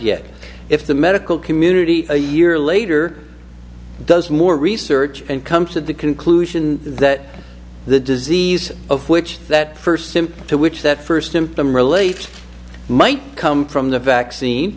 yet if the medical community a year later does more research and come to the conclusion that the disease of which that first symptom to which that first symptom really might come from the vaccine